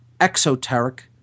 exoteric